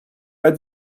pas